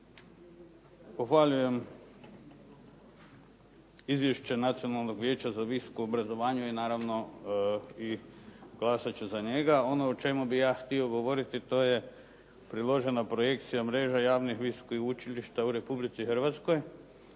Pohvaljujem izvješće Nacionalnog vijeća za visoko obrazovanje i naravno i glasat ću za njega. Ono o čemu bih ja htio govoriti to je priložena projekcija mreža javnih visokih učilišta u Republici Hrvatskoj